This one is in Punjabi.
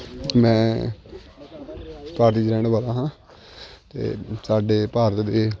ਮੈਂ ਭਾਰਤ 'ਚ ਰਹਿਣ ਵਾਲਾ ਹਾਂ ਅਤੇ ਸਾਡੇ ਭਾਰਤ ਦੇ